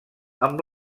amb